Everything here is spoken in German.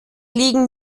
liegen